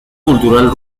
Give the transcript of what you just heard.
cultural